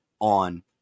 on